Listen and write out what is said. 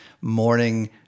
morning